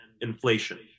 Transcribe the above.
inflation